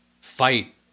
fight